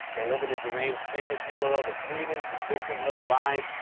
they live in a deranged fantasy world of grievance, and victimhood, lies,